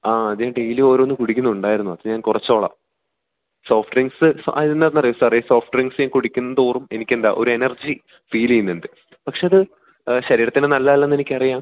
ആ അത് ഞാൻ ഡെയിലി ഓരോന്ന് കുടിക്കുന്നുണ്ടായിരുന്നു അത് ഞാൻ കുറച്ചോളാം സോഫ്റ്റ് ഡ്രിങ്ക്സ് അതെന്താന്നറിയുമോ സാറേ സോഫ്റ്റ് ഡ്രിങ്ക്സ് ഞാൻ കുടിക്കും തോറും എനിക്കെന്താ ഒരെനർജി ഫീൽ ചെയ്യുന്നുണ്ട് പക്ഷേ അത് ശരീരത്തിന് നല്ലതല്ലെന്നെനിക്കറിയാം